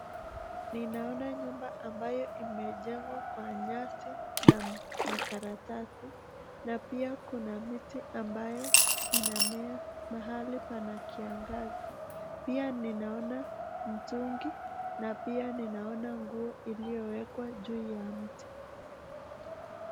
Ninaona nyumba ambayo imejengwa kwa nyasi na makaratasi na pia kuna miti ambayo inamea mahali pana kiangazi pia ninaona mtungi na pia ninaona nguo iliyowekwa juu ya mti.